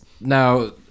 Now